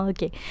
Okay